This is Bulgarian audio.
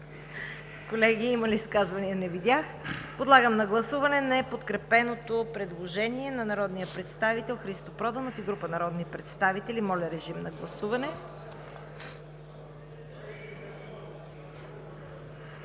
Колеги, има ли изказвания? Не виждам. Подлагам на гласуване неподкрепеното предложение на народния представител Христо Проданов и група народни представители. Обявете резултата.